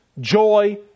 joy